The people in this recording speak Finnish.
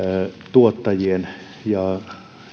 tuottajien ja